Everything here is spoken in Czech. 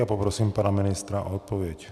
A poprosím pana ministra o odpověď.